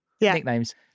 nicknames